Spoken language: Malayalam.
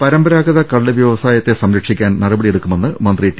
പരമ്പരാഗത കള്ള് വ്യവസായത്തെ സംരക്ഷിക്കാൻ നടപടിയെടുക്കുമെന്ന് മന്ത്രി ടി